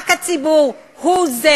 רק הציבור הוא זה,